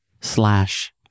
slash